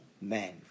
men